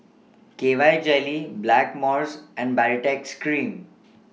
K Y Jelly Blackmores and Baritex Cream